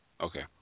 Okay